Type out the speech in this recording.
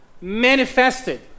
manifested